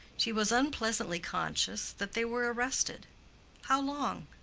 she was unpleasantly conscious that they were arrested how long?